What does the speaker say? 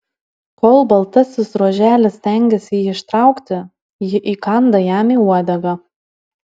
kol baltasis ruoželis stengiasi jį ištraukti ji įkanda jam į uodegą